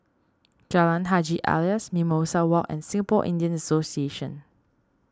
Jalan Haji Alias Mimosa Walk and Singapore Indian Association